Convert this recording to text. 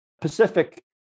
Pacific